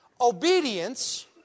Obedience